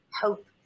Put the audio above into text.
hope